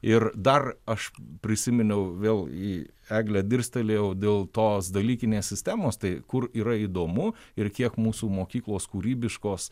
ir dar aš prisiminiau vėl į eglę dirstelėjau dėl tos dalykinės sistemos tai kur yra įdomu ir kiek mūsų mokyklos kūrybiškos